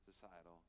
societal